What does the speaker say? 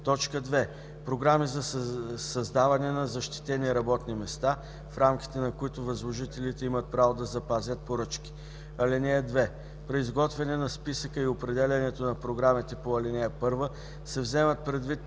2. програми за създаване на защитени работни места, в рамките на които възложителите имат право да запазят поръчки. (2) При изготвяне на списъка и определянето на програмите по ал. 1 се вземат предвид провежданите